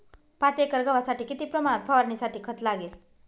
पाच एकर गव्हासाठी किती प्रमाणात फवारणीसाठी खत लागेल?